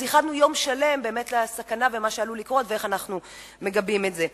אז ייחדנו יום שלם לסכנה ולמה שעלול לקרות ואיך אנחנו מגבים את זה.